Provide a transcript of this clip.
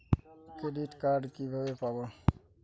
Credit card কিভাবে পাব?